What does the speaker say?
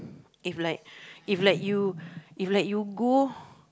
if like if like you if like you go